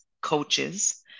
coaches